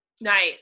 Nice